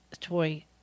toy